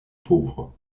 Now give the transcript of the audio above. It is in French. pauvre